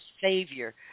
savior